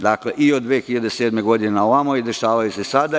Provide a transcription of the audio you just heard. Dakle i 2007. godine na ovamo i dešavaju se sada.